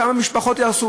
כמה משפחות ייהרסו,